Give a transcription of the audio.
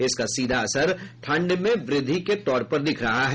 इसका सीधा असर ठंड में वृद्धि के तौर पर दिख रहा है